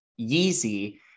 Yeezy